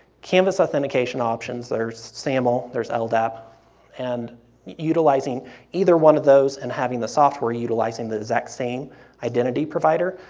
canvas authentication options options or saml, there's ldap and utilizing either one of those and having the software, we're utilizing the exact same identity provider,